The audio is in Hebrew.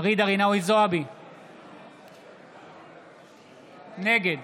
נגד